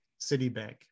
Citibank